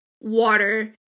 water